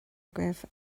agaibh